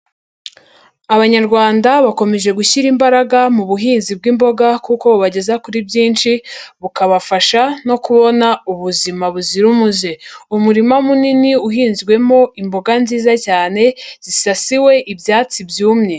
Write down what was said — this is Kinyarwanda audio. Abanyarwanda bakomeje gushyira imbaraga mu buhinzi bw'imboga kuko bubageza kuri byinshi, bukabafasha no kubona ubuzima buzira umuze. Umurima munini uhinzwemo imboga nziza cyane, zisasiwe ibyatsi byumye.